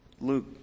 Luke